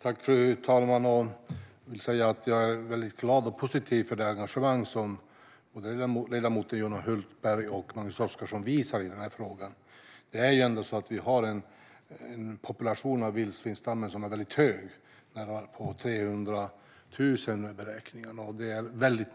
Fru talman! Jag är mycket glad och positiv över det engagemang som ledamöterna Johan Hultberg och Magnus Oscarsson visar i denna fråga. Vi har en mycket stor population av vildsvin - enligt beräkningar närmare 300 000, vilket är väldigt